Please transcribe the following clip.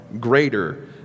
greater